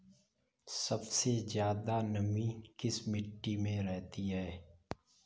सबसे ज्यादा नमी किस मिट्टी में रहती है?